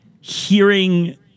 hearing